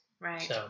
right